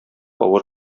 авыр